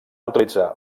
utilitzar